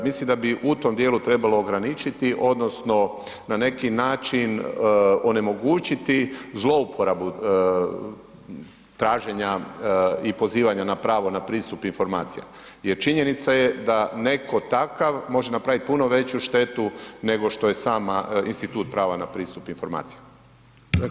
Mislim da bi u tom dijelu trebalo ograničiti, odnosno na neki način onemogućiti zlouporabu traženje i pozivanja na pravo na pristup informacijama jer činjenica je da netko takav može napraviti puno veću štetu nego što je sama institut prava na pristup informacijama.